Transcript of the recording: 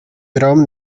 rahmen